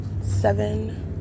seven